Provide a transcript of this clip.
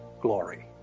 glory